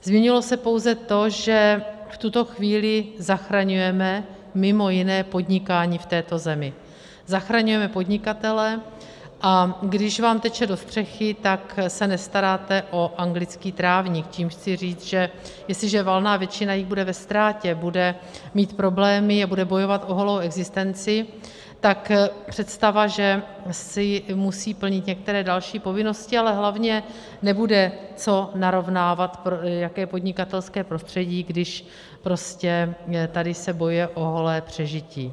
Změnilo se pouze to, že v tuto chvíli zachraňujeme mj. podnikání v této zemi, zachraňujeme podnikatele, a když vám teče do střechy, tak se nestaráte o anglický trávník, čímž chci říct, že jestliže valná většina jich bude ve ztrátě, bude mít problémy a bude bojovat o holou existenci, tak představa, že musí plnit některé další povinnosti, ale hlavně nebude co narovnávat, jaké podnikatelské prostředí, když prostě tady se bojuje o holé přežití.